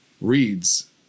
reads